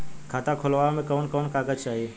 खाता खोलवावे में कवन कवन कागज चाही?